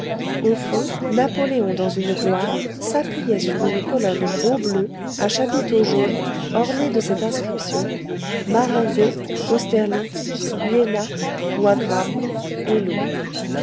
au fond napoléon dans une gloire s'appuyait sur une colonne gros bleu à chapiteau jaune ornée de cette inscription maringo austerlits iéna wagramme elot